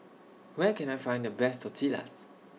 Where Can I Find The Best Tortillas